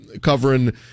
covering